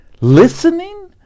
listening